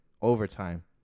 overtime